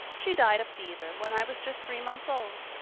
she died of fever when i was just three months old.